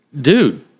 dude